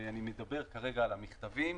שאני מדבר כרגע על המכתבים,